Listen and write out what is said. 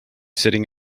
sitting